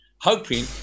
hoping